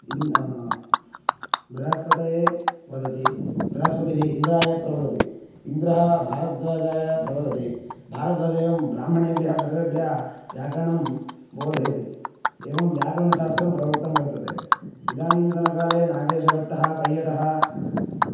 in बृहस्पतये वदति बृहस्पतिः इन्द्राय प्रवदति इन्द्रः भरद्वाजाय प्रवदति भरद्वाजः एवं ब्राह्मणेभ्यः सर्वेभ्यः व्याकरणं बोधयति एवं व्याकरणशास्त्रं प्रवृत्तं वर्तते इदानीन्तनकाले नागेशभट्टः कैयटः